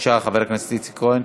בבקשה, חבר הכנסת איציק כהן.